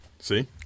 See